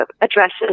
addresses